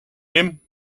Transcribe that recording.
him